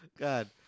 God